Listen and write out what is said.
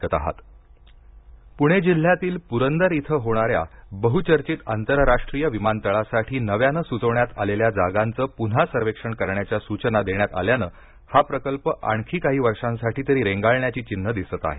पुणे विमानतळ पूणे जिल्ह्यातील पुरदर इथं होणाऱ्या बहुचर्चित आंतर राष्ट्रीय विमानतळासाठी नव्यानं सुचवण्यात आलेल्या जागांचे पुन्हा सर्वेक्षण करण्याच्या सूचना देण्यात आल्यानं हा प्रकल्प आणखी काही वर्षांसाठी तरी रेंगाळण्याची चिन्ह दिसत आहेत